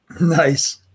Nice